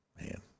Man